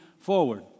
Forward